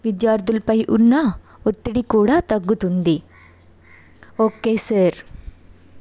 విద్యార్థులపై ఉన్న ఒత్తిడి కూడా తగ్గుతుంది ఓకే సార్